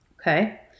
Okay